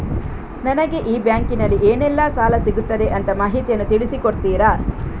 ನನಗೆ ಈ ಬ್ಯಾಂಕಿನಲ್ಲಿ ಏನೆಲ್ಲಾ ಸಾಲ ಸಿಗುತ್ತದೆ ಅಂತ ಮಾಹಿತಿಯನ್ನು ತಿಳಿಸಿ ಕೊಡುತ್ತೀರಾ?